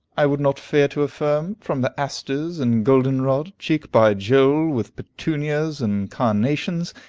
i would not fear to affirm, from the asters and golden-rod, cheek by jole with petunias and carnations.